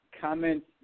comments